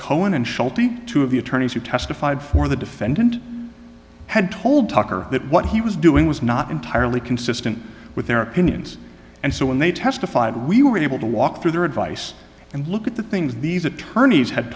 sheltie two of the attorneys who testified for the defendant had told tucker that what he was doing was not entirely consistent with their opinions and so when they testified we were able to walk through their advice and look at the things these attorneys had